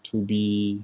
to be